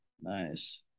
Nice